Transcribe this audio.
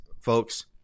folks